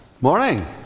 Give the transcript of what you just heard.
Morning